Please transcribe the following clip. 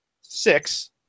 six